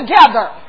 together